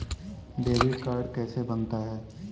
Debit card कैसे बनता है?